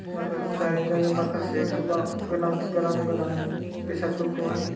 माखासे जारिमिनारि माखासे गोबां गोनां गोनां बेसादफोरखौहाय